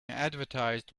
advertised